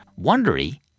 Wondery